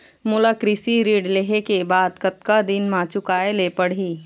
मोला कृषि ऋण लेहे के बाद कतका दिन मा चुकाए ले पड़ही?